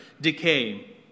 decay